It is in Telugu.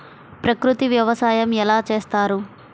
ప్రకృతి వ్యవసాయం ఎలా చేస్తారు?